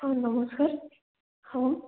ହଁ ନମସ୍କାର ହଁ